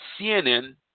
CNN